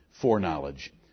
foreknowledge